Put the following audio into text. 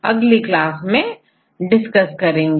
अगली क्लास में हम यह डिस्कस करेंगे